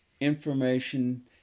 information